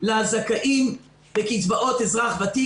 לזכאים לקצבאות אזרח ותיק,